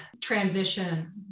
transition